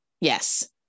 yes